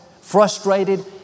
frustrated